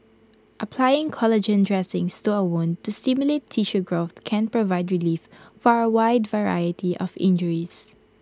applying collagen dressings to A wound to stimulate tissue growth can provide relief for A wide variety of injuries